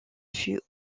fut